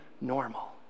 normal